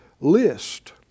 list